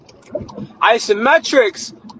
isometrics